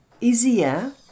easier